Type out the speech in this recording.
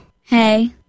Hey